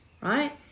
right